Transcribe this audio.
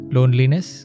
Loneliness